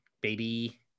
baby